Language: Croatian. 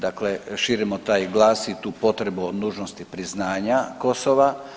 Dakle, širimo taj glas i tu potrebu o nužnosti priznanja Kosova.